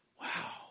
Wow